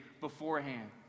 beforehand